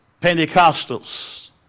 Pentecostals